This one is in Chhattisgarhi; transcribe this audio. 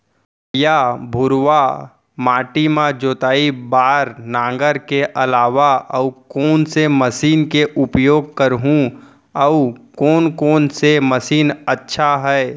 करिया, भुरवा माटी म जोताई बार नांगर के अलावा अऊ कोन से मशीन के उपयोग करहुं अऊ कोन कोन से मशीन अच्छा है?